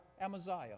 Amaziah